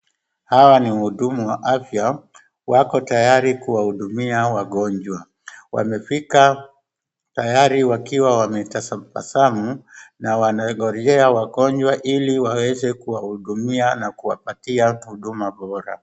Hawa ni wahudumu wa afya wako tayari kuwahudumia wagonjwa. Wamefika tayari wakiwa wametabasamu na wanangojea wagonjwa ili waweze kuwahudumia na kuwapatia huduma bora.